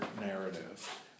narrative